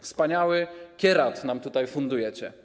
Wspaniały kierat nam tutaj fundujecie.